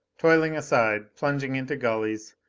toiling aside, plunging into gullies,